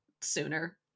sooner